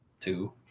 two